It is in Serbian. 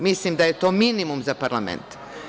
Mislim da je to minimum za parlament.